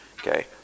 Okay